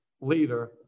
leader